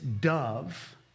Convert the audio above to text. dove